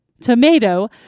tomato